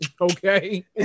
okay